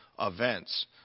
events